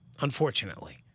unfortunately